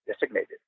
designated